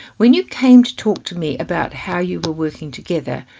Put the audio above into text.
when you came to talk to me about how you were working together,